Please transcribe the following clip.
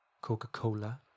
Coca-Cola